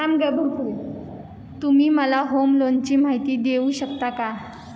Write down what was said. तुम्ही मला होम लोनची माहिती देऊ शकता का?